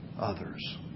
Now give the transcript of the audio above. others